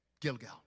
Gilgal